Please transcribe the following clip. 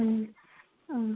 ꯎꯝ ꯑꯥ